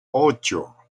ocho